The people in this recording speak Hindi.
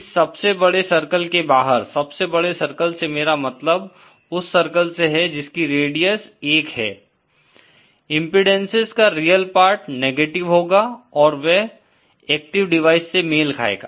इस सबसे बड़े सर्किल के बाहर सबसे बड़े सर्किल से मेरा मतलब उस सर्किल से है जिसकी रेडियस 1 है इम्पीडेन्सेस का रियल पार्ट नेगेटिव होगा और वह एक्टिव डिवाइज से मेल खायेगा